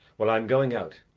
well, i am going out,